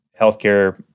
healthcare